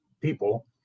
people